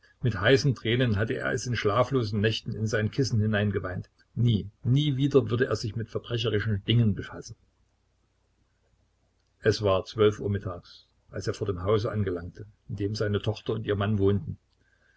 mit heißen tränen hatte er es in schlaflosen nächten in sein kissen hineingeweint nie nie wieder würde er sich mit verbrecherischen dingen befassen es war zwölf uhr mittags als er vor dem hause anlangte in dem seine tochter und ihr mann wohnten